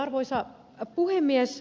arvoisa puhemies